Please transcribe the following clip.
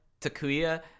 Takuya